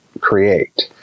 create